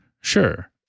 Sure